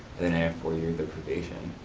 then i have four years of probation.